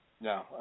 No